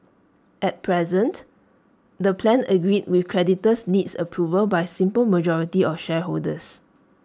at present the plan agreed with creditors needs approval by simple majority of shareholders